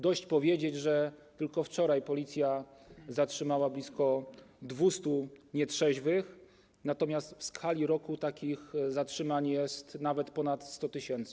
Dość powiedzieć, że tylko wczoraj policja zatrzymała blisko 200 nietrzeźwych, natomiast w skali roku takich zatrzymań jest nawet ponad 100 tys.